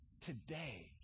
Today